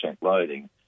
loading